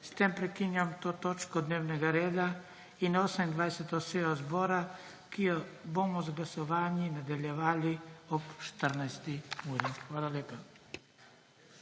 S tem prekinjam to točko dnevnega reda in 28. sejo Državnega zbora, ki jo bomo z glasovanji nadaljevali ob 14. uri. Hvala lepa.